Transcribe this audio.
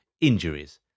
injuries